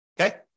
okay